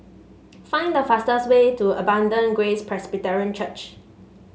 find the fastest way to Abundant Grace Presbyterian Church